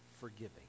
forgiving